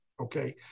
okay